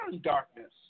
darkness